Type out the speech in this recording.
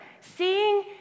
seeing